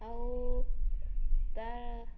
ଆଉ ତା